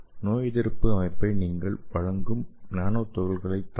நோயெதிர்ப்பு அமைப்பு நீங்கள் வழங்கும் நானோ துகள்களை தாக்கும்